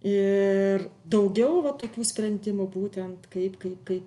ir daugiau va tokių sprendimų būtent kaip kaip kaip